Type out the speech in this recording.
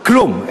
כלום,